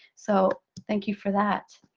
so thank you for that.